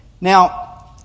Now